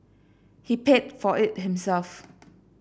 he paid for it himself